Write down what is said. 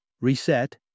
reset